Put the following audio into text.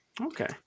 Okay